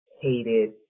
hated